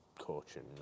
coaching